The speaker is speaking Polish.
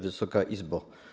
Wysoka Izbo!